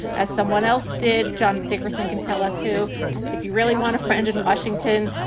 as someone else did, john dickerson can tell us who if you really want a friend in washington,